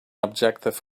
objective